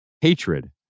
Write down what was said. Hatred